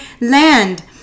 land